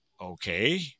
okay